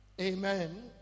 Amen